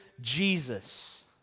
Jesus